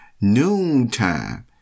noontime